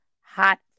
hot